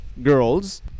Girls